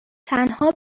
تنها